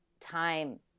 time